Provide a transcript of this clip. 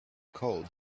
called